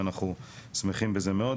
ואנחנו שמחים בזה מאוד.